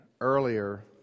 earlier